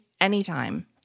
anytime